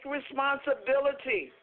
responsibility